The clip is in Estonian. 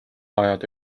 ajada